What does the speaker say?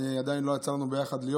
עדיין לא יצא לנו להיות ביחד,